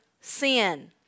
sin